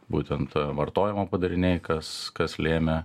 būtent vartojimo padariniai kas kas lėmė